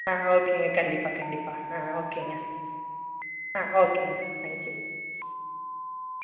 ஆ ஓகேங்க கண்டிப்பாக கண்டிப்பாக ஆ ஓகேங்க ஆ ஓகேங்க தேங்க் யூ